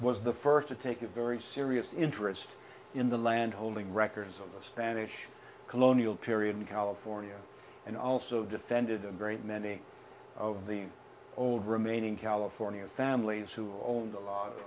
was the first to take a very serious interest in the land holding records of the spanish colonial period in california and also defended them great many of the old remaining california families who owned a lot